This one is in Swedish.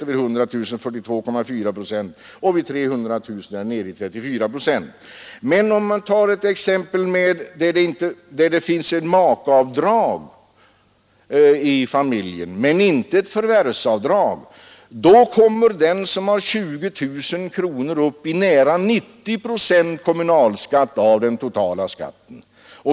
Vid 100 000 är den 42,4 procent och vid 300 000 är den nere i 34 procent. När det förekommer makeavdrag i familjen men inte förvärvsavdrag, blir för den som har 20 000 kronors inkomst kommunalskattens andel nära 90 procent av den totala skatten.